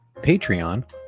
Patreon